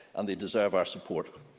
and they deserve our support.